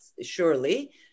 surely